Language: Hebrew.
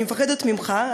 אני מפחדת ממך,